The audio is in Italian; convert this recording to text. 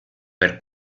per